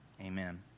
Amen